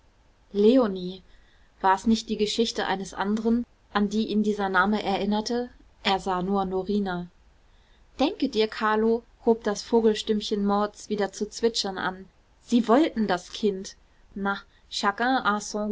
leonie war's nicht die geschichte eines anderen an die ihn dieser name erinnerte er sah nur norina denke dir carlo hob das vogelstimmchen mauds wieder zu zwitschern an sie wollten das kind na